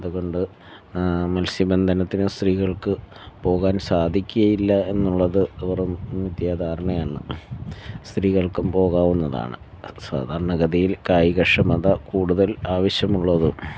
അതുകൊണ്ട് മൽസ്യബന്ധനത്തിന് സ്ത്രീകൾക്ക് പോകാൻ സാധിക്കുകയില്ല എന്നുള്ളത് വെറും മിഥ്യാ ധാരണയാണ് സ്ത്രീകൾക്കും പോകാവുന്നതാണ് സാധാരണ ഗതിയിൽ കായിക ക്ഷമത കൂടുതൽ ആവശ്യമുള്ളതും